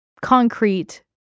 concrete